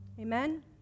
Amen